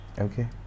okay